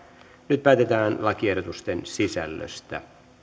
nyt päätetään lakiehdotusten sisällöstä